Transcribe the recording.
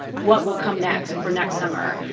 what will come next for next summer.